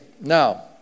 Now